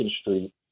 Street